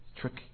Tricky